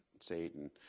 Satan